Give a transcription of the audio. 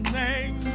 name